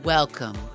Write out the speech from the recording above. Welcome